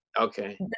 Okay